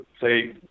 say